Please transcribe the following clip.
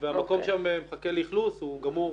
והמקום שם מחכה לאכלוס, הוא גמור,